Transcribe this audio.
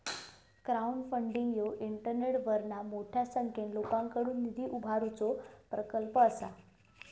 crowdfunding ह्यो इंटरनेटवरना मोठ्या संख्येन लोकांकडुन निधी उभारुचो प्रकल्प असा